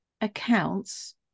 accounts